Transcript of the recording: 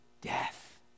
death